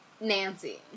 Nancy